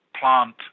plant